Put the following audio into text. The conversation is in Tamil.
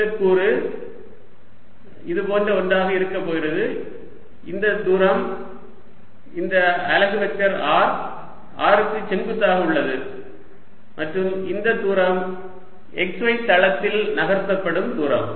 இந்த கூறு இதுபோன்ற ஒன்றாக இருக்க போகிறது இந்த தூரம் இந்த அலகு வெக்டர் r r க்கு செங்குத்தாக உள்ளது மற்றும் இந்த தூரம் xy தளத்தில் நகர்த்தப்படும் தூரம்